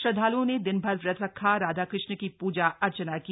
श्रद्धालुओं ने दिनभर व्रत रख राधा कृष्ण की पूजा अर्चना की